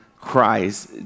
Christ